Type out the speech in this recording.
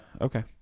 Okay